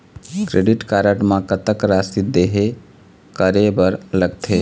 Credit card म कतक राशि देहे करे बर लगथे?